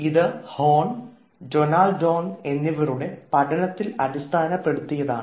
ഇത് ഹോൺ ഡൊണാൾഡ്വോൺ Horn Donaldwon അവരുടെ പഠനത്തിൽ അടിസ്ഥാനപ്പെടുത്തിയാണ്